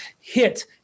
hit